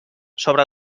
sobre